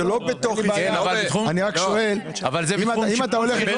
זה לא בתוך --- אני רק שואל: אם אתה הולך,